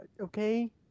Okay